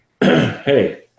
Hey